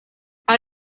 how